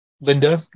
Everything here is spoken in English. linda